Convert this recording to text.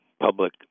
public